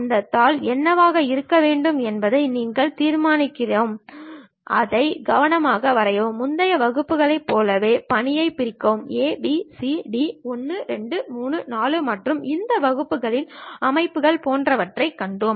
அந்தத் தாள் என்னவாக இருக்க வேண்டும் என்பதை நாங்கள் தீர்மானிக்கிறோம் அதை கவனமாக வரையவும் முந்தைய வகுப்புகளைப் போலவே பணியைப் பிரிக்கவும் a b c d 1 2 3 4 மற்றும் இந்த அலகுகளின் அமைப்பு போன்றவற்றைக் கண்டோம்